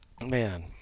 Man